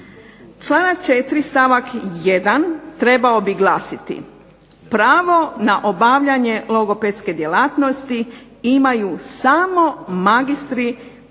Članak 4. stavak 1. trebao bi glasiti, pravo na obavljanje logopedske djelatnosti imaju samo magistri